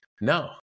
no